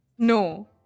No